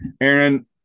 Aaron